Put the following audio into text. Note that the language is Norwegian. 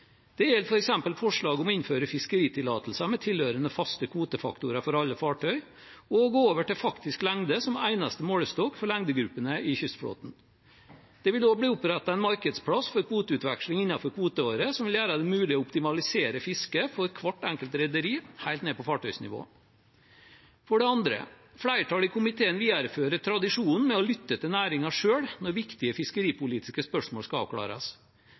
Det gjelder f.eks. forslag om å innføre fiskeritillatelser med tilhørende faste kvotefaktorer for alle fartøy og å gå over til faktisk lengde som eneste målestokk for lengdegruppene i kystflåten. Det vil da bli opprettet en markedsplass for kvoteutveksling innenfor kvoteåret, noe som vil gjøre det mulig å optimalisere fisket for hvert enkelt rederi helt ned på fartøynivå. For det andre: Flertallet i komiteen viderefører tradisjonen med å lytte til næringen når viktige fiskeripolitiske spørsmål skal avklares.